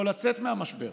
יכול לצאת מהמשבר?